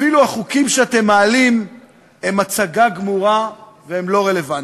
אפילו החוקים שאתם מעלים הם הצגה גמורה והם לא רלוונטיים,